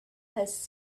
has